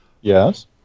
Yes